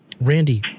Randy